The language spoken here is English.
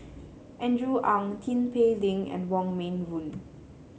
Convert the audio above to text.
Andrew Ang Tin Pei Ling and Wong Meng Voon